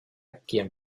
quien